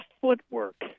footwork